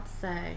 say